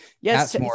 yes